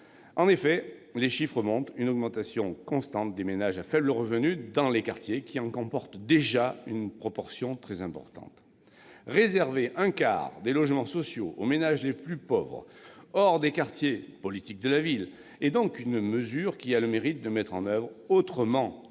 En effet, les chiffres montrent une augmentation constante du nombre de ménages à faibles revenus dans les quartiers qui en comportent déjà une proportion importante. Réserver un quart des logements sociaux aux ménages les plus pauvres hors des quartiers prioritaires de la politique de la ville a donc le mérite de mettre en oeuvre autrement